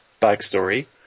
backstory